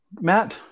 Matt